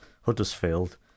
Huddersfield